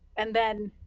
and then,